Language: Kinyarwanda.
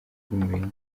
bw’umurenge